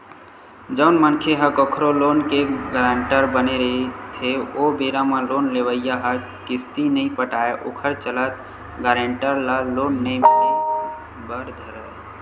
जउन मनखे ह कखरो लोन के गारंटर बने रहिथे ओ बेरा म लोन लेवइया ह किस्ती नइ पटाय ओखर चलत गारेंटर ल लोन नइ मिले बर धरय